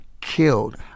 killed